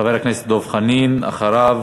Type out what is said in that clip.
חבר הכנסת דב חנין, ואחריו,